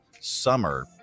summer